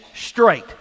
straight